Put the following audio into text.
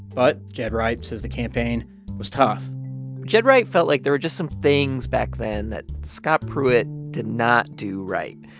but ged wright says the campaign was tough ged wright felt like there were just some things back then that scott pruitt did not do right.